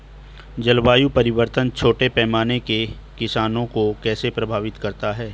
जलवायु परिवर्तन छोटे पैमाने के किसानों को कैसे प्रभावित करता है?